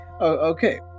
Okay